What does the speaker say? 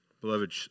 Beloved